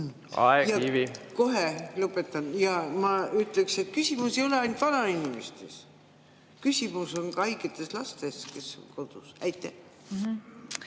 Kohe lõpetan. Ja ma ütleksin, et küsimus ei ole ainult vanainimestes, vaid küsimus on ka haigetes lastes, kes on kodus. Kohe